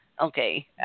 Okay